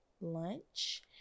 lunch